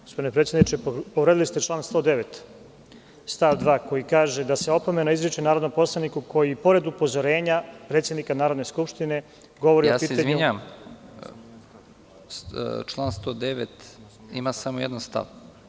Gospodine predsedniče, povredili ste član 109. stav 2. koji kaže – opomena se izriče narodnom poslaniku koji i pored upozorenja predsednika Narodne skupštine govori o … (Predsednik: Izvinjavam se, član 109. ima samo jedan stav.